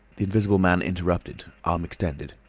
the invisible man interrupted arm extended.